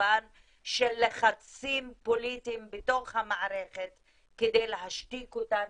לקורבן של לחצים פוליטיים בתוך המערכת כדי להשתיק אותן,